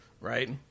Right